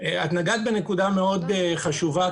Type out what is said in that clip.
את נגעת בנקודה מאוד חשובה,